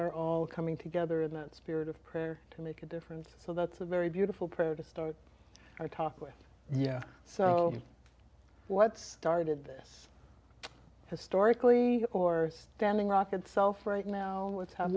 are all coming together in that spirit of prayer to make a difference so that's a very beautiful prayer to start i talk with yeah so what's started this historically or standing rock itself right now was h